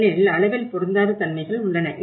ஏனெனில் அளவில் பொருந்தாத தன்மைகள் உள்ளன